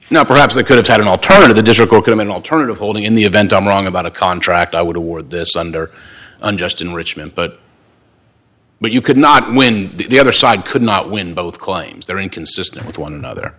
claims now perhaps they could have had an alternative the them an alternative holding in the event i'm wrong about a contract i would award this under unjust enrichment but but you could not win the other side could not win both claims they're inconsistent with one another